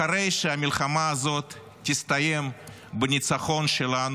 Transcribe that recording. אחרי שהמלחמה הזאת תסתיים בניצחון שלנו,